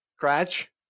Scratch